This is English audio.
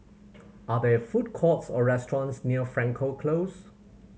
are there food courts or restaurants near Frankel Close